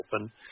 open